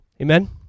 Amen